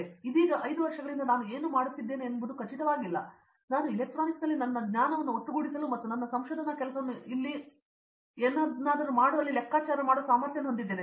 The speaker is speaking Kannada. ಆದ್ದರಿಂದ ಇದೀಗ 5 ವರ್ಷಗಳಿಂದ ನಾನು ಏನು ಮಾಡುತ್ತಿದ್ದೇನೆ ಎಂಬುದು ಖಚಿತವಾಗಿಲ್ಲ ಆದರೆ ನಾನು ಎಲೆಕ್ಟ್ರಾನಿಕ್ಸ್ನಲ್ಲಿ ನನ್ನ ಜ್ಞಾನವನ್ನು ಒಟ್ಟುಗೂಡಿಸಲು ಮತ್ತು ನನ್ನ ಸಂಶೋಧನಾ ಕೆಲಸವನ್ನು ಇಲ್ಲಿ ಕೆಲಸ ಮಾಡುವಲ್ಲಿ ನಾನು ಏನನ್ನಾದರೂ ಲೆಕ್ಕಾಚಾರ ಮಾಡುವ ಸಾಮರ್ಥ್ಯವನ್ನು ಹೊಂದಿದ್ದೇನೆ